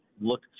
look